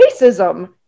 racism